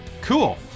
Cool